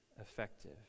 effective